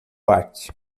arte